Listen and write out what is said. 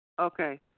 Okay